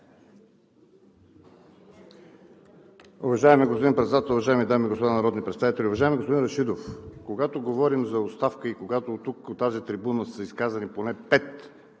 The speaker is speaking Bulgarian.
Уважаеми господин Председател, уважаеми дами и господа народни представители! Уважаеми господин Рашидов! Когато говорим за оставка, и когато от тази трибуна са изказани поне пет